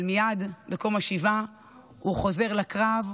אבל מייד בתום השבעה הוא חוזר לקרב,